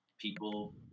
people